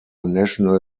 national